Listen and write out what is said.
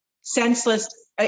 senseless